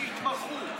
שיתמחו.